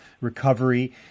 recovery